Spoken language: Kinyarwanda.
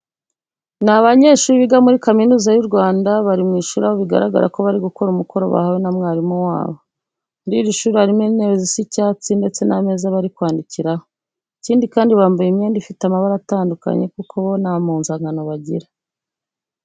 Ni banyeshuri biga muri kaminuza y'u Rwanda, bari mu ishuri aho bigaragara ko bari gukora umukoro bahawe n'umwarimu wabo. Muri iri shuri harimo intebe zisa icyatsi ndetse n'ameza bari kwandikiraho. Ikindi kandi bambaye imyenda ifite amabara atandukanye kuko bo nta mpuzankano bagira.